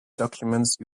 documents